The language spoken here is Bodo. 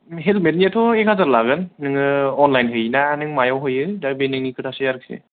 हेल्मेट नियाथ' एक हाजार लागोन नोङो अनलाइन होयोना नों मायाव होयो दा बे नोंनि खोथासै आरोखि